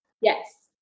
Yes